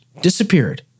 Disappeared